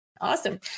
awesome